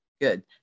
Good